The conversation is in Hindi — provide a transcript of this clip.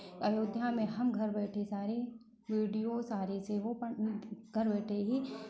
अयोध्या में हम घर बैठे सारी वीडियो सारी सेवों पर घर बैठे ही